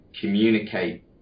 communicate